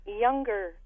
younger